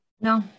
No